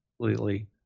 completely